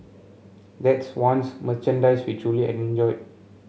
that's one's merchandise we truly enjoy